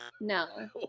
No